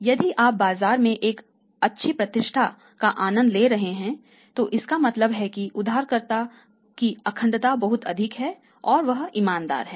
यदि आप बाजार में एक अच्छी प्रतिष्ठा का आनंद ले रहे हैं तो इसका मतलब है कि उधारकर्ता की अखंडता बहुत अधिक है और वह ईमानदार है